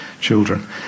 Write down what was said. children